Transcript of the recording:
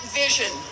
vision